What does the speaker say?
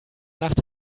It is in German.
nacht